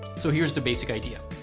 so here's the basic idea.